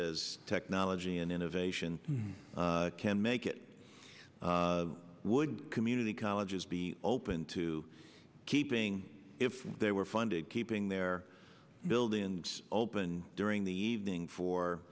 as technology and innovation can make it would community colleges be open to keeping if they were funded keeping their buildings open during the evening for